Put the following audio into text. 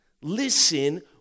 Listen